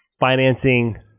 financing